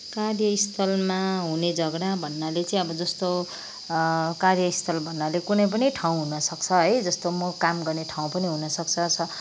कार्यस्थलमा हुने झगडा भन्नाले चाहिँ अब जस्तो कार्यस्थल भन्नाले कुनै पनि ठाउँ हुनसक्छ है जस्तो म काम गर्ने ठाउँ पनि हुनसक्छ स